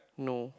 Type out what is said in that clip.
no